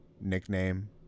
nickname